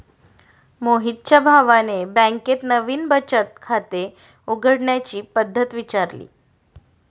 मोहितच्या भावाने बँकेत नवीन बचत खाते उघडण्याची पद्धत विचारली